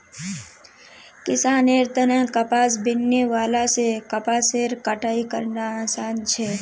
किसानेर तने कपास बीनने वाला से कपासेर कटाई करना आसान छे